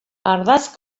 ardatz